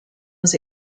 was